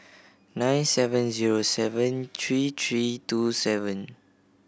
nine seven zero seven three three two seven